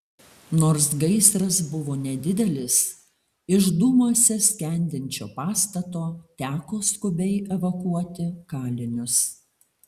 nors gaisras buvo nedidelis iš dūmuose skendinčio pastato teko skubiai evakuoti kalinius